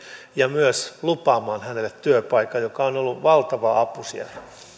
ja myös lupaamaan hänelle työpaikan mistä on ollut valtava apu siellä